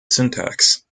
syntax